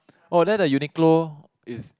orh then the Uniqlo is